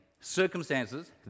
circumstances